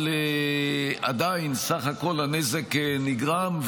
אבל עדיין בסך הכול הנזק נגרם,